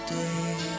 day